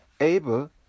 able